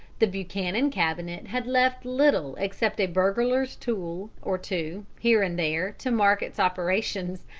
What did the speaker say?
the buchanan cabinet had left little except a burglar's tool or two here and there to mark its operations,